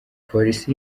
polisi